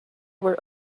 were